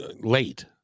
late